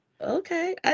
Okay